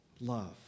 love